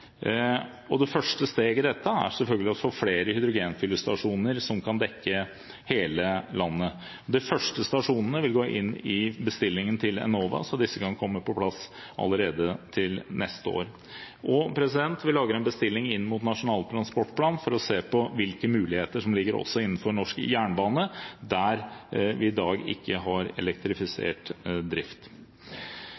og det første steget i dette er selvfølgelig å få flere hydrogenfyllestasjoner – som kan dekke hele landet. De første stasjonene vil gå inn i bestillingen til Enova, så disse kan komme på plass allerede til neste år. Vi lager en bestilling inn mot Nasjonal transportplan for å se på hvilke muligheter som ligger innenfor norsk jernbane der vi i dag ikke har